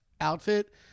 outfit